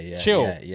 chill